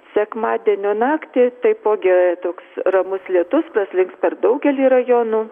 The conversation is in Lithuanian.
sekmadienio naktį taipogi e toks ramus lietus liks daugelyje rajonų